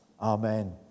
Amen